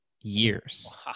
years